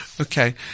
Okay